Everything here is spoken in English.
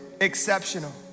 exceptional